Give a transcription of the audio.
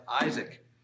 Isaac